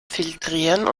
filtrieren